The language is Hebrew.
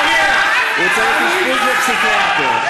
לפסיכיאטר.